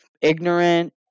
ignorant